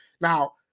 Now